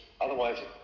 otherwise